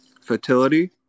fertility